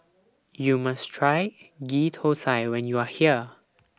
YOU must Try Ghee Thosai when YOU Are here